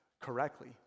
correctly